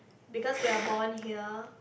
because we are born here